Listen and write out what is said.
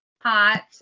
hot